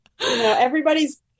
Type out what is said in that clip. everybody's